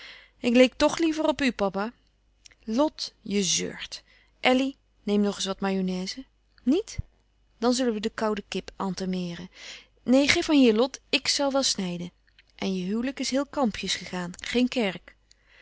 ik leek toch liever op u papa lot je zeurt elly neem nog eens wat mayonnaise niet dan zullen we de koude kip entameeren neen geef maar hier lot ik zal wel snijden en je huwelijk is heel kalmpjes gegaan geen kerk